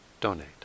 donate